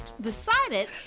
decided